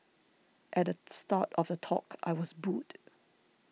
at the start of the talk I was booed